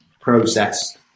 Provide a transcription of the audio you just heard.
process